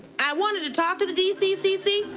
i wanted to talk to the dccc,